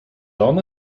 ona